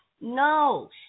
No